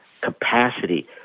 capacity